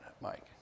Mike